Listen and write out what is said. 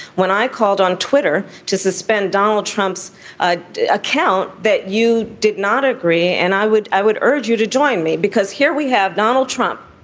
when i called on twitter to suspend donald trump's ah account that you did not agree and i would i would urge you to join me because here we have donald trump.